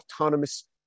autonomous